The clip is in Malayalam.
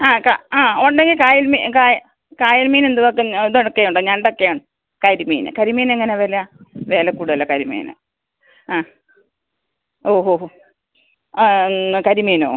ആ ആ ഉണ്ടെങ്കിൽ കായൽ മീൻ കായ കായൽ മീനെന്തൊക്കെ എന്തൊക്കെയുണ്ട് ഞണ്ടൊക്കെയാണ് കരിമീൻ കരിമീനെങ്ങനെയാണ് വില വില കൂടുതലാണ് കരിമീൻ ആ ഓ ഹോ എന്നു കരിമീനോ